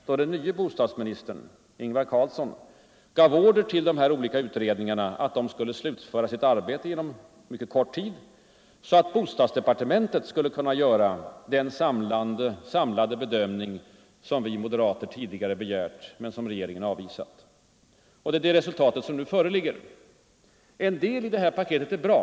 Då gav den nye bostadsministern, Ingvar Carlsson, order till de olika utredningarna att på kort tid slutföra sitt arbete så att bostadsdepartementet skulle kunna göra den samlade bedömning som vi moderater tidigare begärt men som regeringen avvisat. Det är det resultatet som nu föreligger. En del i detta paket är bra.